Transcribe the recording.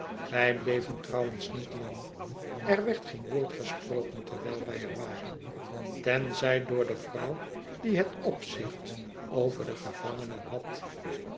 wij bleven trouwens niet lang er werd geen woord gesproken terwijl wij er waren tenzij door de vrouw die het opzicht over de gevangenen had